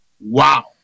wow